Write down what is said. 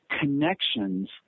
connections